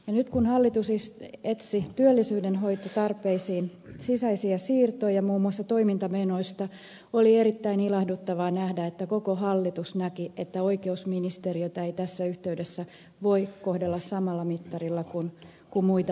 nyt kun hallitus etsi työllisyydenhoitotarpeisiin sisäisiä siirtoja muun muassa toimintamenoista oli erittäin ilahduttavaa nähdä että koko hallitus näki että oikeusministeriötä ei tässä yhteydessä voi kohdella samalla mittarilla kuin muita ministeriöitä